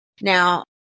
Now